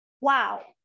Wow